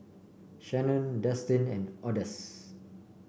shanon Destin and Odus